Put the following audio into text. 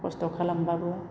खस्थ' खालामब्लाबो